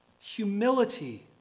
humility